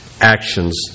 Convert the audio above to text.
actions